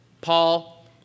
Paul